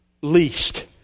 least